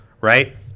right